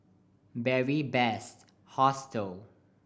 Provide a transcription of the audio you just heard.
Beary Best Hostel